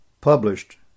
Published